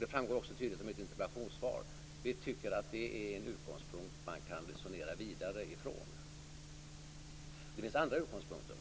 Det framgår också tydligt av mitt interpellationssvar. Vi tycker att det är en utgångspunkt som man kan resonera vidare från. Det finns andra utgångspunkter.